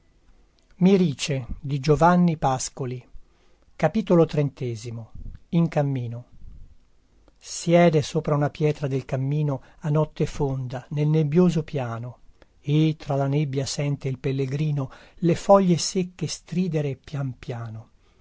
prega oggi per me siede sopra una pietra del cammino a notte fonda nel nebbioso piano e tra la nebbia sente il pellegrino le foglie secche stridere pian piano